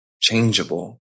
changeable